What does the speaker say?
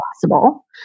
possible